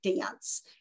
dance